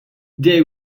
they